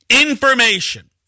information